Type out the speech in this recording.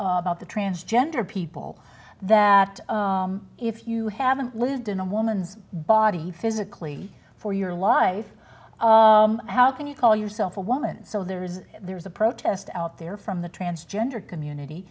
about the transgender people that if you haven't lived in a woman's body physically for your life how can you call yourself a woman so there is there's a protest out there from the transgender community